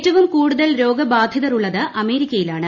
ഏറ്റവും കൂടുതൽ രോഗബാധിതർ ഉള്ളത് അമേരിക്കയിലാണ്